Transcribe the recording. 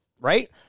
Right